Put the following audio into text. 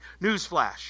Newsflash